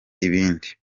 ibindi